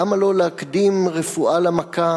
למה לא להקדים רפואה למכה